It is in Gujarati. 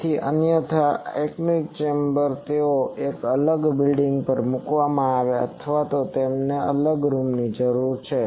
તેથી અન્યથા એનેકોઇક ચેમ્બર તેઓને એક અલગ બિલ્ડિંગ પર મૂકવામાં આવે છે અથવા તે માટે એક અલગ રૂમ જરૂરી છે